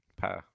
pa